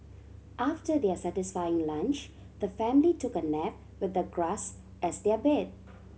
after their satisfying lunch the family took a nap with the grass as their bed